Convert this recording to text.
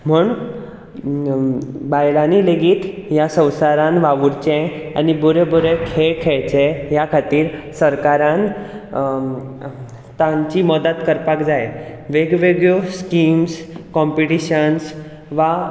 म्हण बायलांनीं लेगीत ह्या संवसारांत वावुरचें आनी बरे बरे खेळ खेळचे ह्या खातीर सरकारान तांची मदत करपाक जाय वेग वेगळ्यो स्किम्स कॉम्पिटीशन्स वा